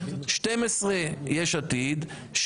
12 יש עתיד,